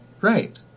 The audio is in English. Right